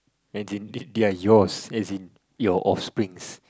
imagine they are yours as in your offsprings